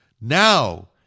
now